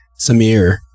Samir